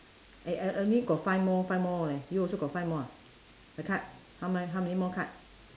eh I only got five more five more leh you also got five more ah the card how many how many more card